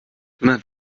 immer